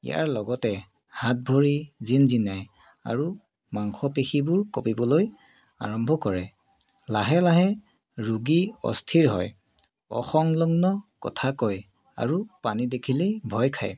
ইয়াৰ লগতে হাত ভৰি জিনজিনাই আৰু মাংসপেশীবোৰ কঁপিবলৈ আৰম্ভ কৰে লাহে লাহে ৰোগী অস্থিৰ হয় অসংলগ্ন কথা কয় আৰু পানী দেখিলেই ভয় খায়